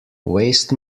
waste